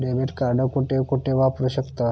Debit card कुठे कुठे वापरू शकतव?